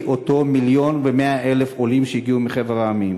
אותם 1.1 מיליון עולים שהגיעו מחבר המדינות,